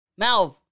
Malv